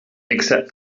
except